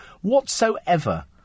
whatsoever